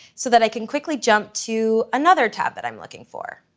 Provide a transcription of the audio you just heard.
so that i can quickly jump to another tab that i'm looking for.